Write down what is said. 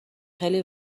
خیلی